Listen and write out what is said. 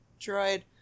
droid